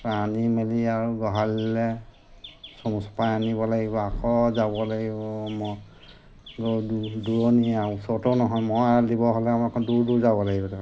আনি মেলি আৰু গোহালীলৈ চমু চপাই আনিব লাগিব আকৌ যাব লাগিব মোৰ দূৰণি ওচৰতো নহয় ম'হ এৰাল দিব হ'লে আমাৰ দূৰ দূৰ যাব লাগিব